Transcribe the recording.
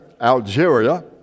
Algeria